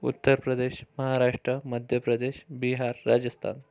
Uttar Pradesh Maharashtra Madhya Pradesh Bihar Rajasthan